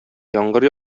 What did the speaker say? яңгыр